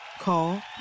Call